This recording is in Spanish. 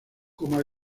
como